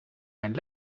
mijn